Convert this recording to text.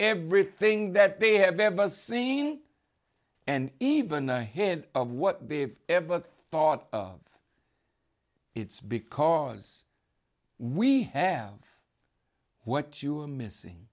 everything that they have ever seen and even ahead of what they've ever thought of it's because we have what you are missing